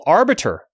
arbiter